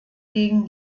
gegen